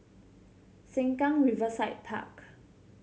Sengkang Riverside Park